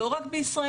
ולא רק בישראל,